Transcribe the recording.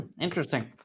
Interesting